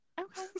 Okay